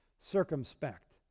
circumspect